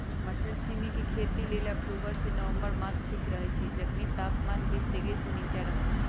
मट्टरछिमि के खेती लेल अक्टूबर से नवंबर मास ठीक रहैछइ जखनी तापमान तीस डिग्री से नीचा रहलइ